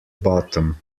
bottom